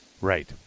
Right